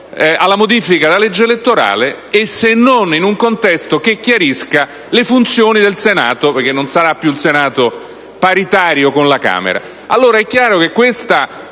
alla modifica della legge elettorale e se non in un contesto che chiarisca le funzioni del Senato, perché non sarà più il Senato paritario con la Camera dei deputati. È chiaro allora che questa